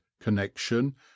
connection